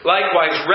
Likewise